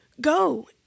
go